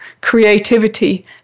creativity